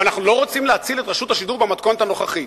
אבל אנחנו לא רוצים להציל את רשות השידור במתכונת הנוכחית.